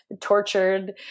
tortured